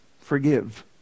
forgive